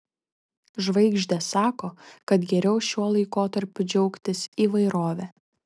žvaigždės sako kad geriau šiuo laikotarpiu džiaugtis įvairove